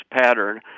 pattern